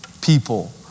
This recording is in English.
people